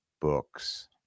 books